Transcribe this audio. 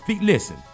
listen